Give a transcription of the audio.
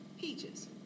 Peaches